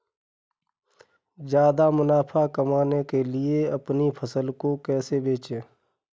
ज्यादा मुनाफा कमाने के लिए अपनी फसल को कैसे बेचें?